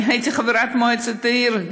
הייתי חברת מועצת העיר,